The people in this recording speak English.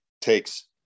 takes